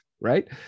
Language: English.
right